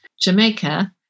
Jamaica